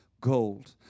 gold